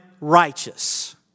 righteous